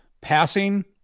passing